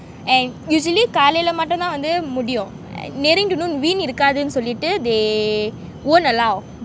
and usually காலைல மட்டும் தான் வந்து முடியும்:kaalaila mattumthan vantuh mudiyum nearing to noon wind இருக்காதுன்னு சொல்லிட்டு:irukkathunnu sollittu they won't allow